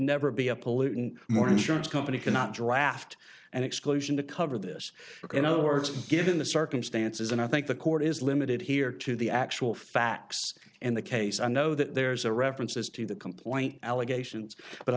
never be a pollutant more insurance company cannot draft and exclusion to cover this in other words given the circumstances and i think the court is limited here to the actual facts in the case i know that there's a reference as to the complaint allegations but i